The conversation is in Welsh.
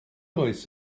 oes